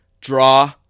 Draw